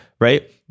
right